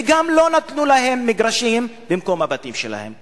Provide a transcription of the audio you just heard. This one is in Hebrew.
וגם לא נתנו להם מגרשים במקום הבתים שלהם.